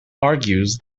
argues